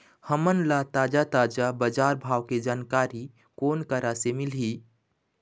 हमन ला ताजा ताजा बजार भाव के जानकारी कोन करा से मिलही?